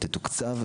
תתוקצב,